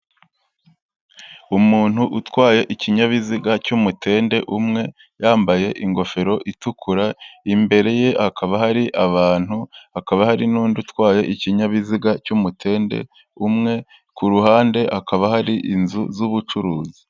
Umuntu utwaye ikinyabiziga cy'umutende umwe, yambaye ingofero itukura, imbere ye hakaba hari abantu hakaba hari n'undi utwaye ikinyabiziga cy'umutende umwe, ku ruhande ha akaba hari inzu z'ubucuruzi.